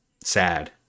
sad